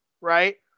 right